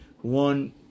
one